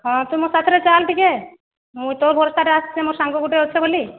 ହଁ ତୁ ମୋ ସାଥିରେ ଚାଲ ଟିକିଏ ମୁଁ ତୋ ଭରସାରେ ଆସଛେ ମୋ ସାଙ୍ଗ ଗୁଟେ ଅଛେ ବୋଲି